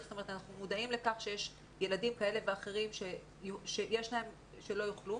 ואנחנו מודעים לכך שיש ילדים כאלה ואחרים שלא יוכלו,